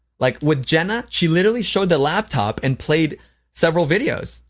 like, with jenna, she literally showed the laptop and played several videos,